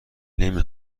نمی